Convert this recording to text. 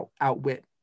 outwit